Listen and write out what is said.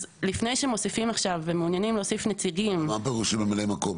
אז לפני שמוסיפים ומעוניינים להוסיף נציגים --- מה פירוש ממלאי מקום?